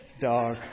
dog